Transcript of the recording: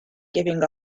giving